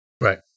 Right